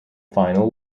final